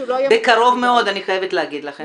בקרוב מאוד, אני חייבת להגיד לכם.